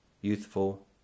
youthful